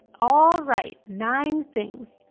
alright nine things,